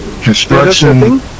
construction